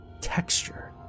texture